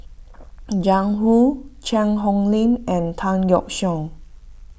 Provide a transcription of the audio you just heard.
Jiang Hu Cheang Hong Lim and Tan Yeok Seong